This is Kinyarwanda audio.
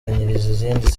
izindi